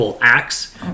acts